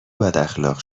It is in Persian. بداخلاق